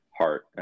heart